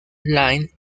line